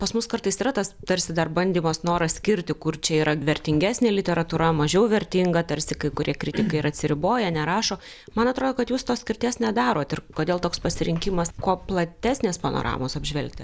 pas mus kartais yra tas tarsi dar bandymas noras skirti kur čia yra vertingesnė literatūra mažiau vertinga tarsi kai kurie kritikai ir atsiriboja nerašo man atrodo kad jūs tos skirties nedarot ir kodėl toks pasirinkimas kuo platesnės panoramos apžvelgti